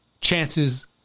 Chances